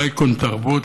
אייקון תרבות,